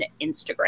Instagram